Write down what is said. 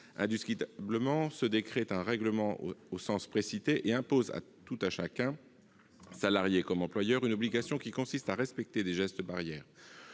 Indiscutablement, ce décret est un règlement au sens précité et impose à tout un chacun, salariés comme employeurs, une obligation qui consiste à respecter des gestes barrières.